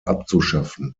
abzuschaffen